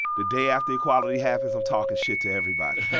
the day after the equality happens, i'm talking shit to everybody.